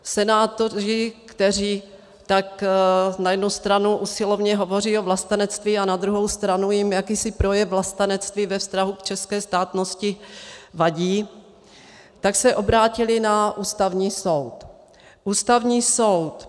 Senátoři, kteří tak na jednu stranu usilovně hovoří o vlastenectví a na druhou stranu jim jakýsi projev vlastenectví ve vztahu k české státnosti vadí, se obrátili na Ústavní soud.